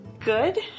Good